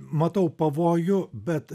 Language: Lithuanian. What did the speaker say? matau pavojų bet